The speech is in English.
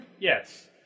Yes